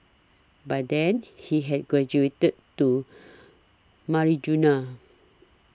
by then he had graduated to marijuana